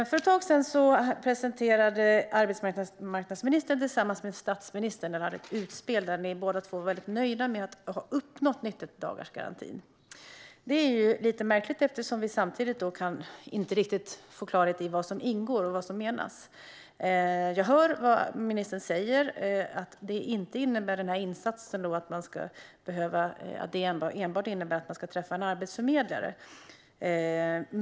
För ett tag sedan gjorde arbetsmarknadsministern tillsammans med statsministern ett utspel där båda var väldigt nöjda med att ha uppnått 90dagarsgarantin. Det är lite märkligt, eftersom vi samtidigt inte riktigt kan få klarhet i vad som ingår där och vad som menas. Jag hör vad ministern säger: att det inte enbart innebär att man ska träffa en arbetsförmedlare.